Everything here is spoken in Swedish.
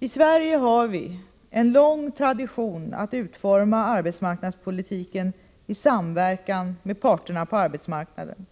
I Sverige har vi en lång tradition att utforma arbetsmarknadspolitiken i samverkan med parterna på arbetsmarknaden.